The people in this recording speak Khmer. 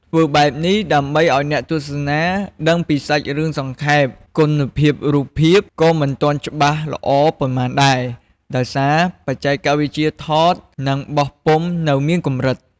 ធ្វើបែបនេះដើម្បីឱ្យអ្នកទស្សនាដឹងពីសាច់រឿងសង្ខេប គុណភាពរូបភាពក៏មិនទាន់ច្បាស់ល្អប៉ុន្មានដែរ ដោយសារបច្ចេកវិទ្យាថត និងបោះពុម្ពនៅមានកម្រិត ។